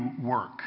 work